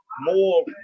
more